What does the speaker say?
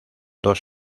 dos